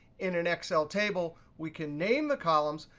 in an excel table we can name the columns,